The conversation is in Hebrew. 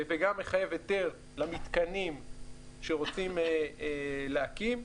וגם מחייב היתר למיתקנים שרוצים להקים.